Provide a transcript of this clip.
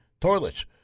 toilets